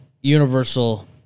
universal